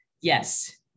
yes